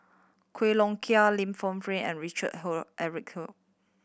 Quek Long Kiong Li Lienfung and Richard Eric